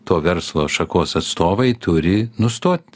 to verslo šakos atstovai turi nustot